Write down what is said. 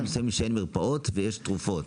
מסוימים שאין בהם מרפאות ויש תרופות.